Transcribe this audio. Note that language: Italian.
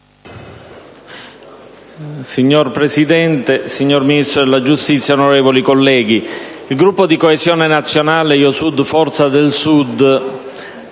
Signora Presidente, signor Ministro della giustizia, onorevoli colleghi, il Gruppo di Coesione Nazionale -Io Sud-Forza del Sud